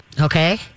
okay